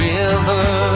River